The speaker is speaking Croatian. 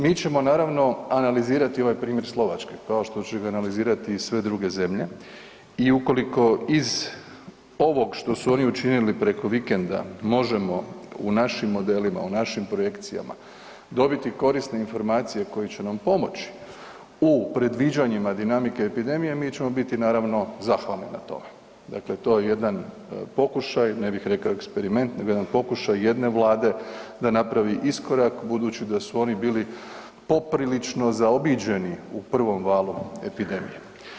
Mi ćemo naravno analizirati ovaj primjer Slovačke, kao što će ga analizirati i sve druge zemlje i ukoliko iz ovog što su oni učinili preko vikenda možemo u našim modelima, u našim projekcijama dobiti korisne informacije koje će nam pomoći u predviđanjima dinamike epidemije mi ćemo biti naravno zahvalni na tome, dakle to je jedan pokušaj, ne bih rekao eksperiment nego jedan pokušaj jedne vlade da napravi iskorak budući da su oni bili poprilično zaobiđeni u prvom valu epidemije.